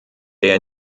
der